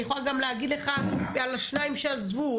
אני יכולה גם להגיד לך על השניים שעזבו,